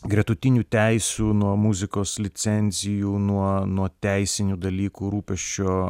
gretutinių teisių nuo muzikos licencijų nuo nuo teisinių dalykų rūpesčio